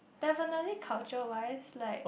definitely culture wise like